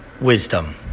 Wisdom